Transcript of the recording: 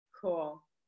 Cool